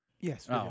Yes